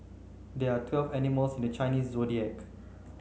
there are twelve animals in the Chinese Zodiac